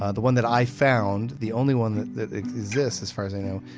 ah the one that i found, the only one that that exists as far as i know.